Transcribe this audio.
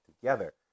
together